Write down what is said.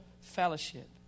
fellowship